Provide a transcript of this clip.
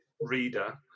reader